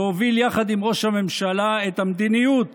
שהוביל יחד עם ראש הממשלה את המדיניות